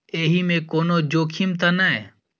एहि मे कोनो जोखिम त नय?